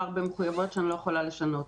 במחויבויות שאני כבר לא יכולה לשנות.